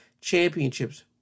Championships